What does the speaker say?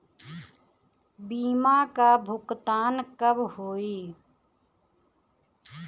बीमा का भुगतान कब होइ?